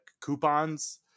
coupons